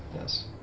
Yes